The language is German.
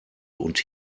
und